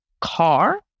car